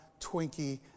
Twinkie